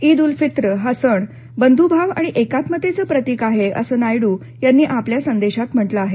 ईद उल फित्र हा सण बंधुभाव आणि एकात्मतेच प्रतीक आहे असं नायडू यांनी आपल्या संदेशात म्हटलं आहे